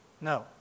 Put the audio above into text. No